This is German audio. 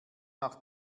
nach